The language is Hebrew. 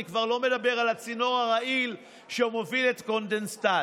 אני כבר לא מדבר על הצינור הרעיל שמוביל את הקונדנסט.